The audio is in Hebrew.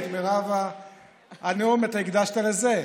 כי את מרב הנאום אתה הקדשת לזה.